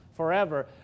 forever